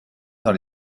dans